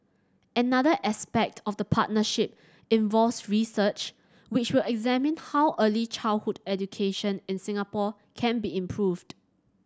another aspect of the partnership involves research which will examine how early childhood education in Singapore can be improved